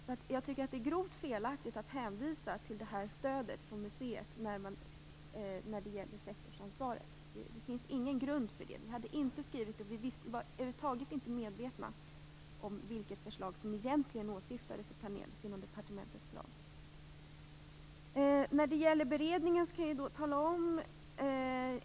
Jag tycker därför att det är grovt felaktigt att hänvisa till det här stödet från museet när det gäller sektorsansvaret. Det finns ingen grund för det. Vi var över huvud taget inte medvetna om vilket förslag som egentligen åsyftades och planerades inom departementets ram. När det gäller beredningen kan jag säga följande.